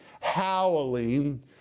howling